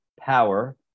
power